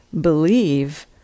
believe